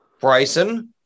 Bryson